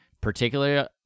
particularly